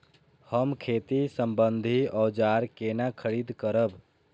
हम खेती सम्बन्धी औजार केना खरीद करब?